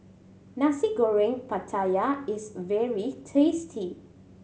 Nasi Goreng Pattaya is very tasty